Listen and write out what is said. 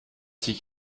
sich